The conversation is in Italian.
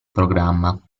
programma